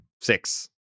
Six